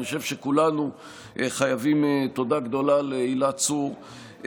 אני חושב שכולנו חייבים תודה גדולה להילה צור,